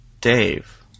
Dave